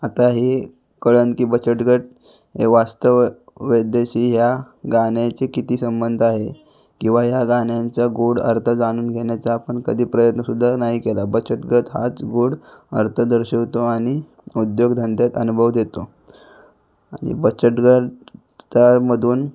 आता हे कळेल की बचत गट हे वास्तव वैद्याशी या गाण्याचे किती संबंध आहे किंवा या गाण्यांचा गोड अर्थ जाणून घेण्याचा आपण कधी प्रयत्नसुद्धा नाही केला बचत गट हाच गोड अर्थ दर्शवतो आणि उदयोगधंद्यात अनुभव देतो आणि बचत गट त्यामधून